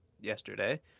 yesterday